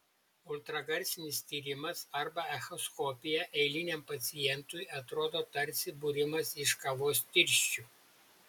ultragarsinis tyrimas arba echoskopija eiliniam pacientui atrodo tarsi būrimas iš kavos tirščių